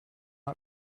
not